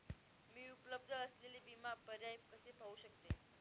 मी उपलब्ध असलेले विमा पर्याय कसे पाहू शकते?